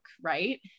right